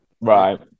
Right